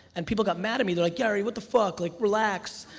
and people got mad at me, they're like, gary, what the fuck, like relax.